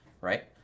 right